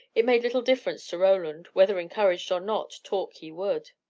it made little difference to roland whether encouraged or not, talk he would.